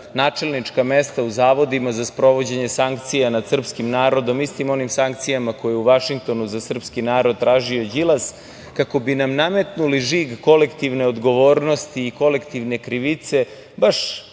načelnička mesta u zavodima za sprovođenje sankcija nad srpskim narodom, istim onim sankcijama koje u Vašingtonu za srpski narod tražio Đilas, kako bi nam nametnuli žig kolektivne odgovornosti i kolektivne krivice baš